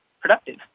productive